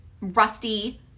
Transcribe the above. rusty